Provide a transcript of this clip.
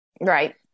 Right